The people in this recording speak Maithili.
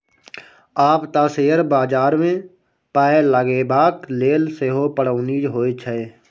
आब तँ शेयर बजारमे पाय लगेबाक लेल सेहो पढ़ौनी होए छै